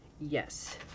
Yes